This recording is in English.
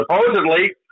supposedly